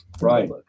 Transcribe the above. right